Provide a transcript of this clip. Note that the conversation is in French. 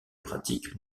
pratiques